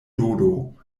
dodo